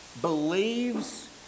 Believes